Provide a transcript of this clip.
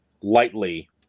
lightly